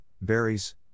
berries